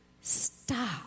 stop